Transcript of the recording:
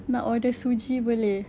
nak order suji boleh